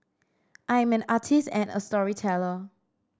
I am an artist and a storyteller